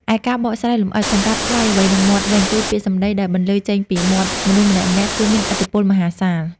ឯការបកស្រាយលម្អិតសម្រាប់ "ថ្លៃអ្វីនឹងមាត់" វិញ គឺពាក្យសម្ដីដែលបន្លឺចេញពីមាត់មនុស្សម្នាក់ៗ គឺមាន ឥទ្ធិពលមហាសាល។